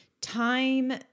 time